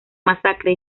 masacre